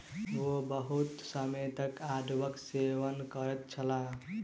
ओ बहुत समय तक आड़ूक सेवन करैत छलाह